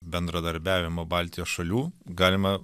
bendradarbiavimo baltijos šalių galima